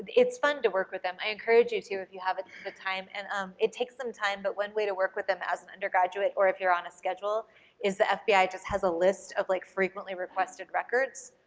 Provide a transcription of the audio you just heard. it's fun to work with them. i encourage you too if you haven't spent time, and um it takes some time but one way to work with them as an undergraduate, or if you're on a schedule is the fbi just has a list of like frequently requested records.